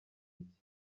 iki